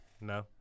No